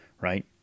right